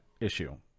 issue